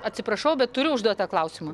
atsiprašau bet turiu užduot tą klausimą